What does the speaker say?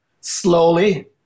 slowly